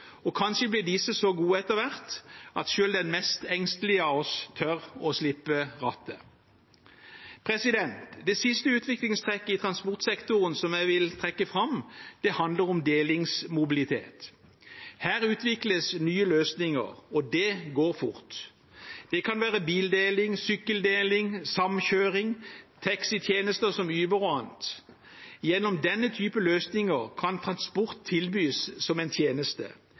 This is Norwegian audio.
og kanskje blir disse etter hvert så gode at selv den mest engstelige av oss tør å slippe rattet. Det siste utviklingstrekket i transportsektoren som jeg vil trekke fram, handler om delingsmobilitet. Her utvikles nye løsninger, og det går fort. Det kan være bildeling, sykkeldeling, samkjøring, taxitjenester som Uber og annet. Gjennom denne typen løsninger kan transport tilbys som en tjeneste